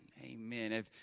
Amen